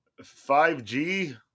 5g